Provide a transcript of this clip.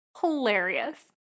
hilarious